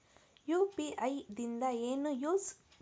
UPI ದಿಂದ ಏನು use?